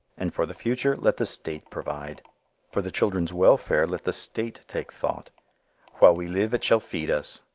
and for the future, let the state provide for the children's welfare let the state take thought while we live it shall feed us,